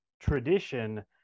tradition